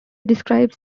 describes